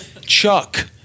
Chuck